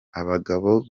abagabo